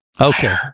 Okay